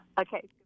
Okay